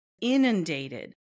inundated